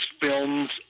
films